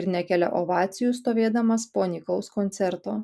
ir nekelia ovacijų stovėdamas po nykaus koncerto